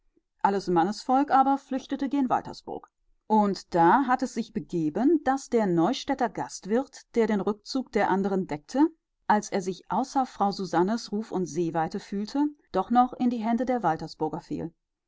alles mannesvolk aber flüchtete gen waltersburg und da hat es sich begeben daß der neustädter gastwirt der den rückzug der anderen deckte als er sich außer frau susannes ruf und sehweite fühlte doch noch in die hände der waltersburger fiel